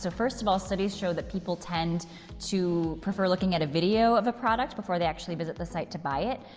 so first of all, studies show that people tend to prefer looking at a video of a product before they actually visit the site to buy it.